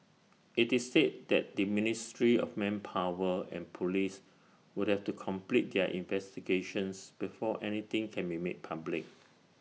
IT is said that the ministry of manpower and Police would have to complete their investigations before anything can be made public